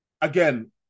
Again